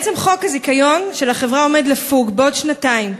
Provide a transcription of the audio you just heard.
תוקף חוק הזיכיון של החברה עומד לפוג בעוד שנתיים,